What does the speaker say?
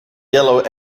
yellow